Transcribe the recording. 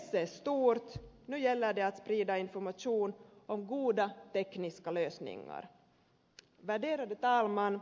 intresset är stort nu gäller det att sprida information om goda tekniska lösningar